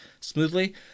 smoothly